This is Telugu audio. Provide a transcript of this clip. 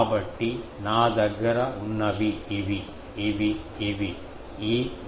కాబట్టి నా దగ్గర ఉన్నవి ఇవి ఇవి ఇవి ఈ V 2